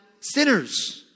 sinners